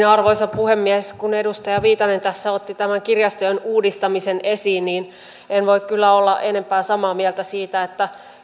arvoisa puhemies kun edustaja viitanen tässä otti tämän kirjastojen uudistamisen esiin niin en voi kyllä olla enempää samaa mieltä siitä että